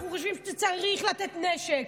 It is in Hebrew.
אנחנו חושבים שצריך לתת נשק,